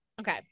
okay